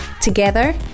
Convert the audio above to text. Together